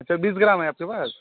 अच्छा बीस ग्राम है आपके पास